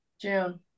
June